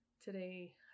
Today